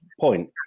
point